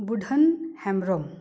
ᱵᱩᱰᱷᱟᱹᱱ Hembrom